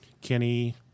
Kenny